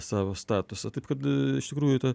savo statusą taip kad iš tikrųjų ta